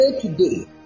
today